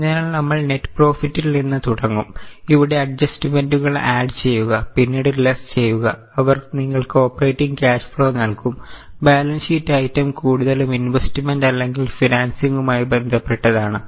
അതിനാൽ നമ്മൾ നെറ്റ് പ്രൊഫിറ്റിൽ ചെയ്യുക അവർ നിങ്ങൾക്ക് ഓപ്പറേറ്റിംഗ് ക്യാഷ് ഫ്ലോ നൽകും ബാലൻസ് ഷീറ്റ് ഐറ്റം കൂടുതലും ഇൻവെസ്റ്റ്മെന്റ് അല്ലെങ്കിൽ ഫിനാൻസിങ്ങുമായി ബന്ധപ്പെട്ടതാണ്